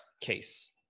case